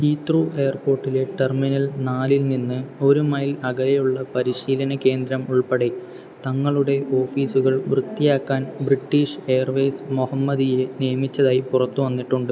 Heathrow എയർപോർട്ടിലെ terminal നാലിൽ നിന്ന് ഒരു മൈൽ അകലെയുള്ള പരിശീലന കേന്ദ്രം ഉൾപ്പെടെ തങ്ങളുടെ ഓഫീസുകൾ വൃത്തിയാക്കാൻ ബ്രിട്ടീഷ് എയർവേയ്സ് മൊഹമ്മദിയെ നിയമിച്ചതായി പുറത്തുവന്നിട്ടുണ്ട്